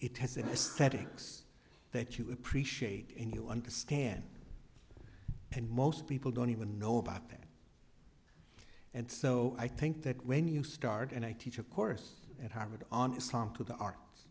settings that you appreciate and you understand and most people don't even know about that and so i think that when you start and i teach a course at harvard on islam to the art